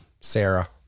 Sarah